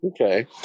Okay